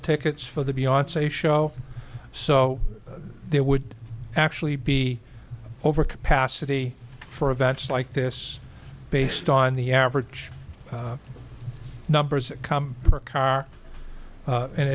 tickets for the beyond say show so there would actually be over capacity for events like this based on the average numbers that come for car